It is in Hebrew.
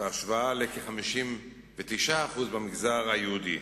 בהשוואה לכ-59% במגזר היהודי.